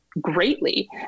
greatly